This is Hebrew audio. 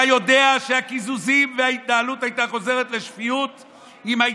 אתה יודע שהקיזוזים וההתנהלות היו חוזרים לשפיות אם היה